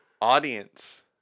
Audience